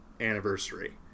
anniversary